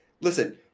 listen